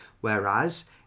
Whereas